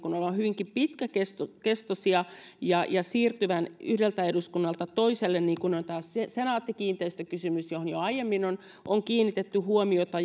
olevan hyvinkin pitkäkestoisia ja ja siirtyvän yhdeltä eduskunnalta toiselle niin kuin on tämä senaatti kiinteistöt kysymys johon jo aiemmin on on kiinnitetty huomiota